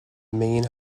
main